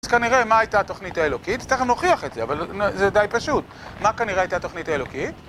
אז כנראה, מה הייתה התוכנית האלוקית? אז תכף נוכיח את זה, אבל זה די פשוט. מה כנראה הייתה התוכנית האלוקית?